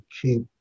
keep